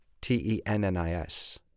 T-E-N-N-I-S